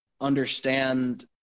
understand